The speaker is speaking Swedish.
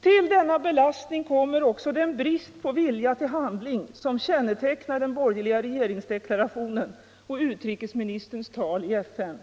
Till denna belastning kommer så den brist på vilja till handling som kännetecknar den borgerliga regeringsdeklarationen och utrikesministerns tal i FN.